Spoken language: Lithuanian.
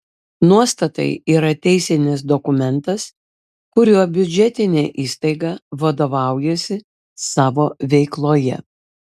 nuostatai yra teisinis dokumentas kuriuo biudžetinė įstaiga vadovaujasi savo veikloje